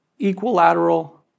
equilateral